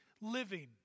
living